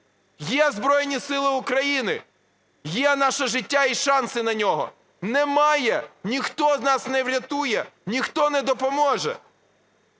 Є Збройні Сили України – є наше життя і шанси на нього. Немає – ніхто нас не врятує, ніхто не допоможе.